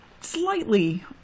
slightly